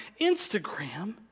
Instagram